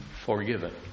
forgiven